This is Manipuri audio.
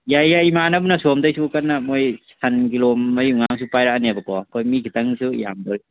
ꯌꯥꯏ ꯌꯥꯏ ꯏꯃꯥꯟꯅꯕꯅꯁꯨ ꯑꯁꯣꯝꯗꯩꯁꯨ ꯀꯟꯅ ꯃꯣꯏ ꯁꯟ ꯀꯤꯂꯣ ꯃꯔꯤ ꯃꯡꯉꯥ ꯑꯃꯁꯨ ꯄꯥꯏꯔꯛꯑꯅꯦꯕꯀꯣ ꯑꯩꯈꯣꯏ ꯃꯤ ꯈꯤꯇꯥꯡꯁꯨ ꯌꯥꯝꯗꯣꯔꯤ